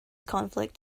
conflict